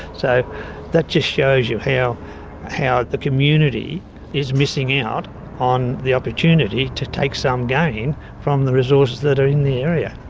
so that just shows you how how the community is missing out on the opportunity to take some gain from the resources that are in the area.